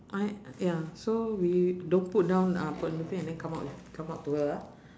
I ya so we don't put down uh put on the thing and then come out come out to her ah